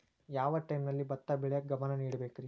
ಯಾವ್ ಟೈಮಲ್ಲಿ ಭತ್ತ ಬೆಳಿಯಾಕ ಗಮನ ನೇಡಬೇಕ್ರೇ?